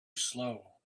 slow